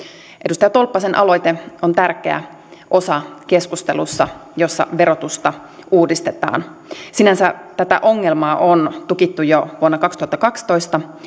edustaja tolppasen aloite on tärkeä osa keskustelussa jossa verotusta uudistetaan sinänsä tätä ongelmaa on ratkottu jo vuonna kaksituhattakaksitoista